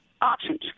options